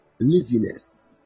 laziness